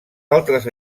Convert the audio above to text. altres